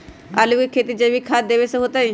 आलु के खेती जैविक खाध देवे से होतई?